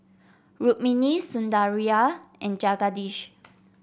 Rukmini Sundaraiah and Jagadish